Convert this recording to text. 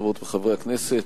חברות וחברי הכנסת,